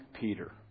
Peter